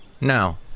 no